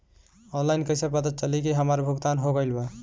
Online कईसे पता चली की हमार भुगतान हो गईल बा?